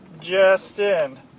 Justin